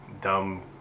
dumb